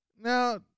Now